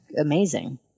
amazing